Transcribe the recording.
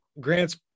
grant's